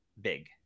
big